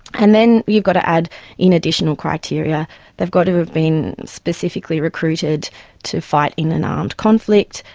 and then you've got to add in additional criteria they've got to have been specifically recruited to fight in an armed conflict,